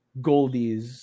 Goldies